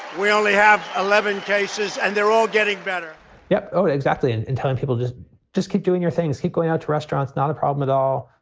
we only have eleven cases and they're all getting better yep. oh, exactly. and in time, people just just keep doing your things. keep going out to restaurants. not a problem at all.